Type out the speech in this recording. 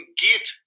get